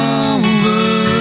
over